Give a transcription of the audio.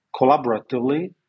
collaboratively